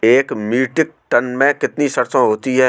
एक metric tonne में कितनी सरसों होती है?